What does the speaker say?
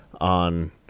on